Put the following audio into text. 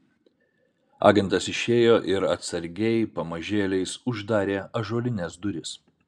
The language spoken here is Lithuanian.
agentas išėjo ir atsargiai pamažėliais uždarė ąžuolines duris